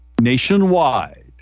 nationwide